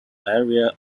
area